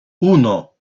uno